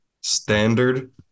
Standard